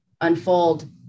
unfold